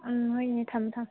ꯎꯝ ꯍꯣꯏ ꯏꯅꯦ ꯊꯝꯃꯦ ꯊꯝꯃꯦ